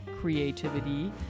creativity